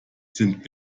sind